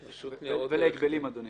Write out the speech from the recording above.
ולהגבלים, אדוני.